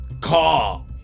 Call